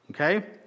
Okay